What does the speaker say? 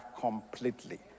completely